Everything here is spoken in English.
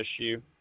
issue